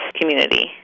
community